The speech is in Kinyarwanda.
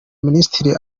minisitiri